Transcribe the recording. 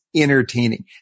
entertaining